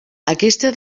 aquesta